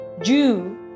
Jew